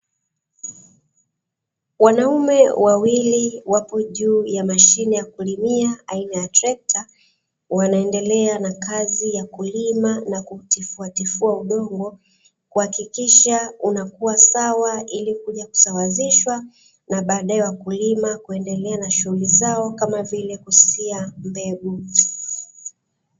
Wanaume wawili wapo juu ya mashine ya kulimia aina ya trekta wanaendelea na kazi ya kulima na kutifuatifua udongo, kuhakikisha unakuwa sawa ili kuja kusawazishwa na baadaye wakulima kuendelea na shughuli zao kama vile kusia mbegu.